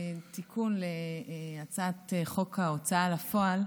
תיקון להצעת חוק ההוצאה לפועל,